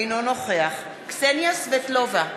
אינו נוכח קסניה סבטלובה,